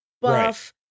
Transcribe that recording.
buff